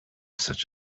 such